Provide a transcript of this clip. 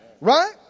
right